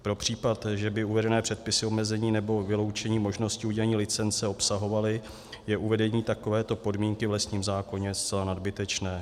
Pro případ, že by uvedené předpisy omezení nebo vyloučení možnosti udělení licence obsahovaly, je uvedení takovéto podmínky v lesním zákoně zcela nadbytečné.